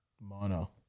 Mono